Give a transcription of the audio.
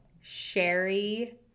Sherry